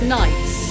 nights